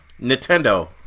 Nintendo